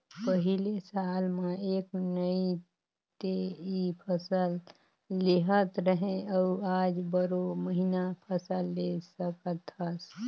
पहिले साल म एक नइ ते इ फसल लेहत रहें अउ आज बारो महिना फसल ले सकत हस